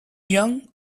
young